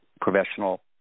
professional